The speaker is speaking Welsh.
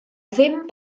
ddim